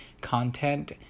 content